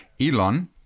Elon